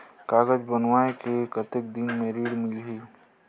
कागज बनवाय के कतेक दिन मे ऋण मिलही?